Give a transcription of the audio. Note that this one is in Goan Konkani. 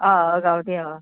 हां गांवटी हां